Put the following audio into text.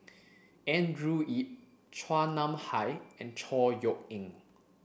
Andrew Yip Chua Nam Hai and Chor Yeok Eng